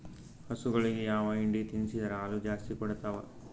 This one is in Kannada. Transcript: ಹಸುಗಳಿಗೆ ಯಾವ ಹಿಂಡಿ ತಿನ್ಸಿದರ ಹಾಲು ಜಾಸ್ತಿ ಕೊಡತಾವಾ?